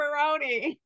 pepperoni